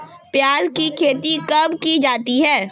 प्याज़ की खेती कब की जाती है?